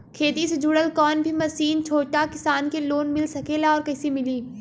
खेती से जुड़ल कौन भी मशीन छोटा किसान के लोन मिल सकेला और कइसे मिली?